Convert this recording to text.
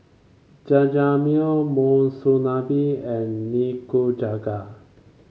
Jajangmyeon Monsunabe and Nikujaga